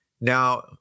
now